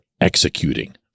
executing